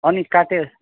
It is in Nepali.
अनि काटेर